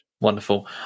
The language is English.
Wonderful